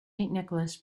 nicholas